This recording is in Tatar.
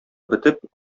бетеп